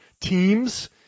teams